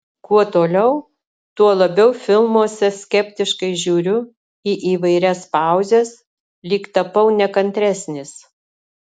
kuo toliau tuo labiau filmuose skeptiškai žiūriu į įvairias pauzes lyg tapau nekantresnis